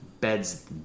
beds